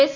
S